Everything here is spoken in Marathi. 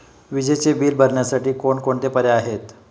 विजेचे बिल भरण्यासाठी कोणकोणते पर्याय आहेत?